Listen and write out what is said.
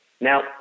Now